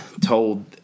told